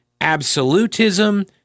absolutism